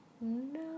No